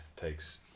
takes